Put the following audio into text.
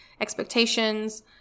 expectations